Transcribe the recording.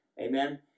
Amen